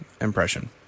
impression